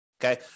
Okay